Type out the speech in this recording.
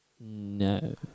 no